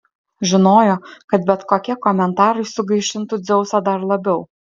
žinojo kad bet kokie komentarai sugaišintų dzeusą dar labiau